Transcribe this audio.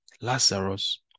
Lazarus